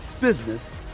business